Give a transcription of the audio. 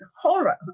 horror